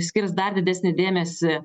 skirs dar didesnį dėmesį